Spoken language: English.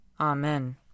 Amen